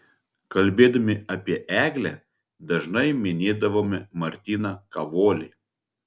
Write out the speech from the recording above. kalbėdami apie eglę dažnai minėdavome martyną kavolį